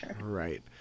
right